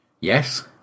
Yes